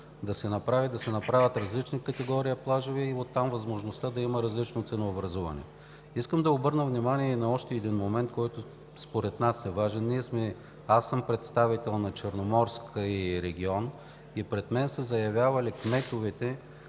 да се направят различни категории плажове и оттам възможността да има различно ценообразуване. Искам да обърна внимание и на още един момент, който според нас е важен. Аз съм представител на Черноморски регион и пред мен са заявявали кметовете